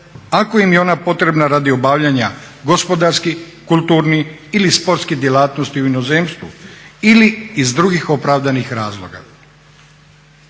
ako im je ona potrebna radi obavljanja gospodarskih, kulturnih ili sportskih djelatnosti u inozemstvu ili iz drugih opravdanih razloga.